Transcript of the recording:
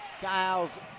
Kyles